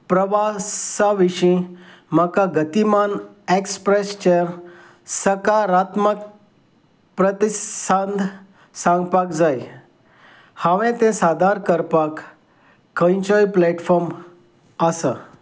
प्रवासा विशीं म्हाका गतिमान एक्सप्रेसच्या सकारात्मक प्रतिसाद सांगपाक जाय हांवें तें सादर करपाक खंयचो प्लॅटफॉम आसा